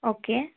okay